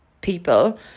people